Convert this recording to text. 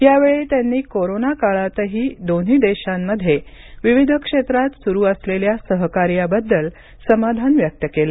यावेळी त्यांनी कोरोना काळातही दोन्ही देशांमध्ये विविध क्षेत्रात सुरू असलेल्या सहकार्याबद्दल समाधान व्यक्त केलं